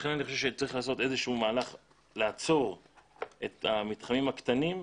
לכן אני חושב שצריך לעשות איזשהו מהלך לעצור את המתחמים הקטנים,